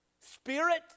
Spirit